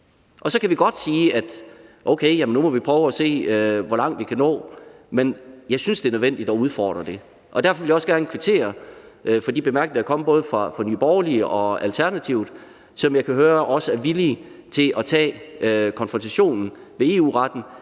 og så kan vi godt sige, at okay, nu må vi prøve at se, hvor langt vi kan nå. Men jeg synes, det er nødvendigt at udfordre det, og derfor vil jeg også gerne kvittere for de bemærkninger, der er kommet både fra Nye Borgerlige og Alternativet, som jeg også kan høre er villige til at tage konfrontationen med EU-retten.